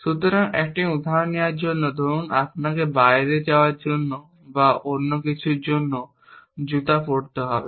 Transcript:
সুতরাং একটি উদাহরণ নেওয়ার জন্য ধরুন আপনাকে বাইরে যাওয়ার জন্য বা অন্য কিছুর জন্য জুতা পরতে হবে